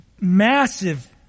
massive